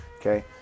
Okay